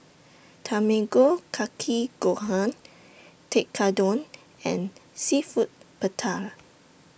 Tamago Kake Gohan Tekkadon and Seafood